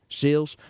sales